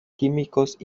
químicos